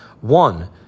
One